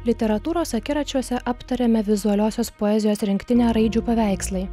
literatūros akiračiuose aptarėme vizualiosios poezijos rinktinę raidžių paveikslai